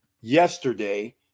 yesterday